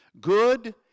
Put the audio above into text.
Good